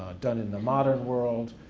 done in the modern world,